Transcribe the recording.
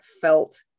felt